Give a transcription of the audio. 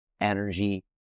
energy